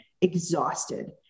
exhausted